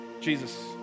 Jesus